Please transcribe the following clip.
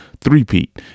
three-peat